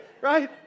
Right